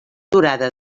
durada